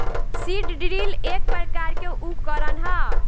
seed drill एक प्रकार के उकरण ह